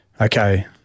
okay